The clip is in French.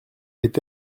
fait